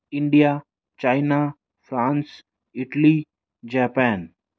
India China France Italy Japan